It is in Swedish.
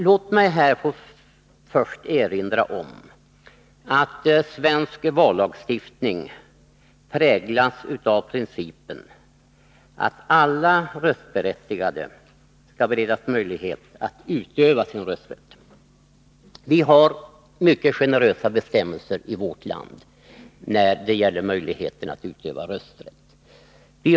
Låt mig till att börja med erinra om att svensk vallagstiftning präglas av principen att alla röstberättigade skall beredas möjlighet att utöva sin rösträtt. Vi har mycket generösa bestämmelser i vårt land när det gäller möjligheterna att utöva rösträtt.